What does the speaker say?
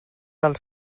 del